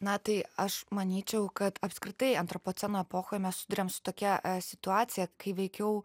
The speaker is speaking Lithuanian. na tai aš manyčiau kad apskritai antropoceno epochoj mes susiduriam su tokia situacija kai veikiau